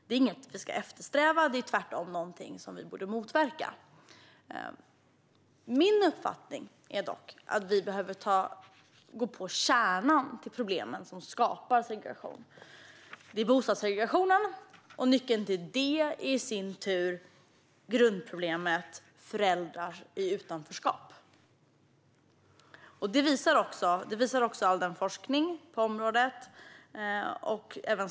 Det är inget vi ska eftersträva utan tvärtom någonting vi borde motverka. Min uppfattning är dock att vi behöver gå på kärnan i de problem som skapar segregation. Det är bostadssegregationen, och nyckeln till den ligger i sin tur i grundproblemet med föräldrar i utanförskap. Detta visar all forskning på området.